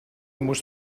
muss